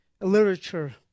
literature